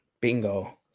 Bingo